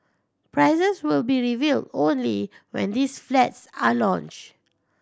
prices will be revealed only when these flats are launched